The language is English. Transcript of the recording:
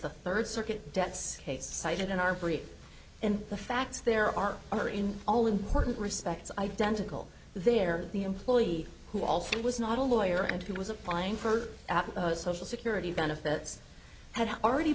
the third circuit debts case cited in our brief and the facts there are are in all important respects identical there the employee who also was not a lawyer and who was applying for social security benefits had already